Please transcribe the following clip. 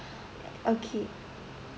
okay